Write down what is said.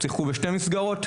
הם שיחקו בשתי מסגרות,